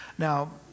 Now